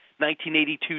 1982